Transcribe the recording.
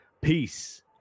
Peace